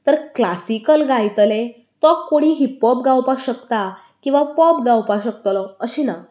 तर क्लासिकल गायतले तो कोणी हिपॉप गावपाक शकता किंवां पॉप गावपाक शकतलो अशें ना